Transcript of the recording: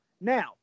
Now